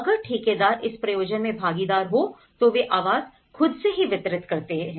अगर ठेकेदार इस प्रयोजन में भागीदार हो तो वे आवास खुद से ही वितरित करते हैं